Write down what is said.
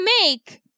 make